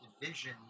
division